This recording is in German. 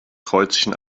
kreuzchen